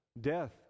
death